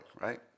right